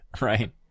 Right